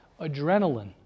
adrenaline